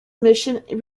mission